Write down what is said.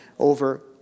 Over